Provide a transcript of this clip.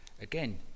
Again